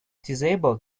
disabled